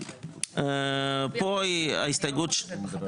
פה היא, ההסתייגות שלנו